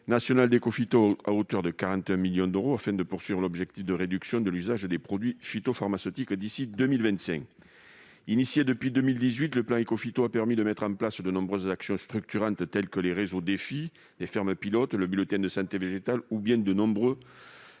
national du plan Écophyto à hauteur de 41 millions d'euros, afin de viser l'objectif de réduction de l'usage des produits phytopharmaceutiques d'ici à 2025. Engagé en 2018, le plan Écophyto a permis de mettre en place de nombreuses actions structurantes, telles que le réseau Dephy, les fermes pilotes, le bulletin de santé végétale et de nombreux